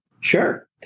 Sure